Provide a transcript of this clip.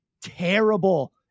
terrible